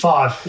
Five